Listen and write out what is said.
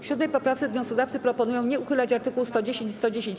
W 7. poprawce wnioskodawcy proponują nie uchylać art. 110 i 110a.